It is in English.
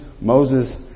Moses